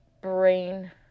brain